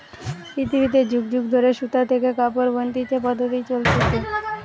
পৃথিবীতে যুগ যুগ ধরে সুতা থেকে কাপড় বনতিছে পদ্ধপ্তি চলতিছে